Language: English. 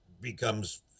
becomes